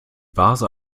vase